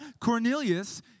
Cornelius